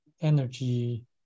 energy